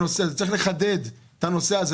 צריך לחדד את הנושא הזה.